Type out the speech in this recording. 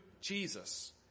Jesus